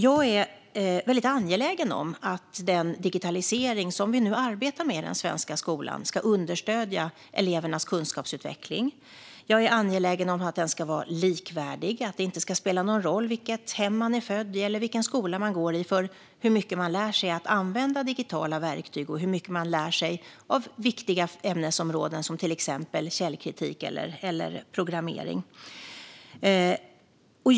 Jag är väldigt angelägen om att den digitalisering som vi nu arbetar med i den svenska skolan ska understödja elevernas kunskapsutveckling. Jag är angelägen om att den ska vara likvärdig - att vilket hem man är född i eller vilken skola man går i inte ska spela någon roll för hur mycket man lär sig när det gäller att använda digitala verktyg och hur mycket man lär sig inom viktiga ämnesområden som källkritik eller programmering.